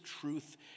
truth